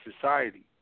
society